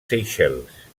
seychelles